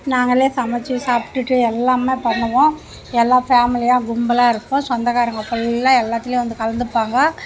நாங்களே சமைச்சி சாப்பிட்டுட்டு எல்லாமே பண்ணுவோம் எல்லாம் ஃபேமலியாக கும்பலாயிருப்போம் சொந்தக்காரங்க ஃபுல்லாக எல்லாத்துலேயும் வந்து கலந்துப்பாங்க